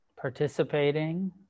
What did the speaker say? participating